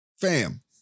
fam